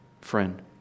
friend